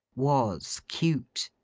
was cute.